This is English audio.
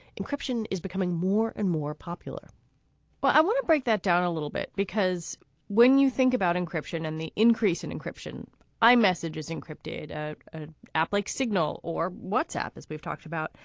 encryption is becoming more and more popular well i want to break that down a little bit because when you think about encryption and the increase in encryption i messages encrypted ah ah apple's like signal or whatsapp as we've talked about